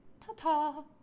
Ta-ta